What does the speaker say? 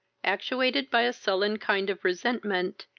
actuated by a sullen kind of resentment,